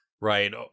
right